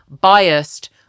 biased